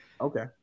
Okay